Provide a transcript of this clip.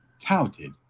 touted